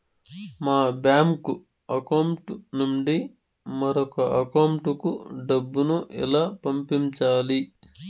మా bank account నుండి మరొక అకౌంట్ కు డబ్బును ఎలా పంపించాలి